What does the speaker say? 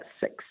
six